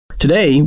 Today